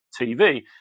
TV